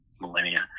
millennia